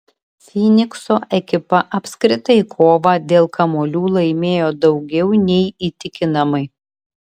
fynikso ekipa apskritai kovą dėl kamuolių laimėjo daugiau nei įtikinamai